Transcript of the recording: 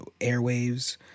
airwaves